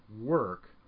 work